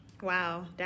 Wow